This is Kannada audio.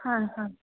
ಹಾಂ ಹಾಂ